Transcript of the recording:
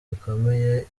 gikomeye